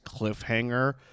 cliffhanger